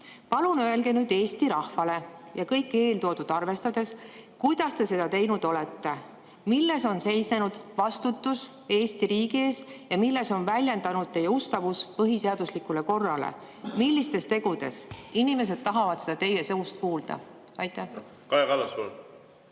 Palun öelge nüüd Eesti rahvale kõike eeltoodut arvestades, kuidas te seda teinud olete. Milles on seisnenud vastutus Eesti riigi ees ja milles on väljendunud teie ustavus põhiseaduslikule korrale, millistes tegudes? Inimesed tahavad seda teie suust kuulda. Ma tänan, lugupeetud